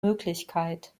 möglichkeit